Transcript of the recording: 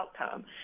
outcome